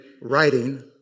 writing